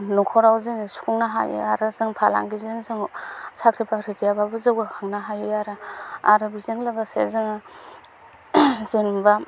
नखराव जोङो सुफुंनो हायो आरो जों फालांगिजोंनो जों साख्रि बाख्रि गैयाबाबो जौगाखांनो हायो आरो आरो बेजों लोगोसे जों जेनबा